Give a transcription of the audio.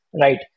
right